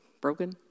broken